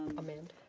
amend.